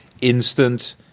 instant